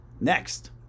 next